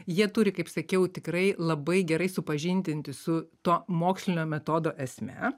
jie turi kaip sakiau tikrai labai gerai supažindinti su to mokslinio metodo esme